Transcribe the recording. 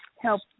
help